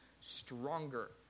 stronger